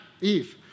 Eve